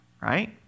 right